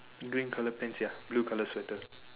green color pants ya blue color sweater